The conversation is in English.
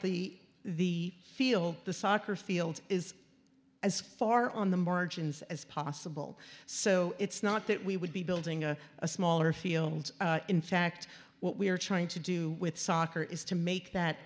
the the feel the soccer field is as far on the margins as possible so it's not that we would be building a a smaller field in fact what we are trying to do with soccer is to make that